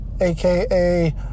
aka